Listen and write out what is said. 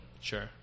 Sure